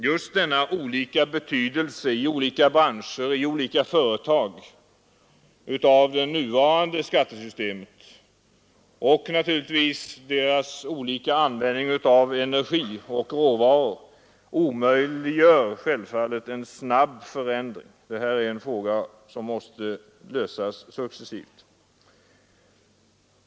Just denna varierande betydelse av det nuvarande skattesystemet för olika branscher och företag samt naturligtvis deras årliga användning av energi och råvaror omöjliggör självfallet en snabb förändring. Detta är en fråga som måste lösas successivt.